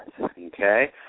okay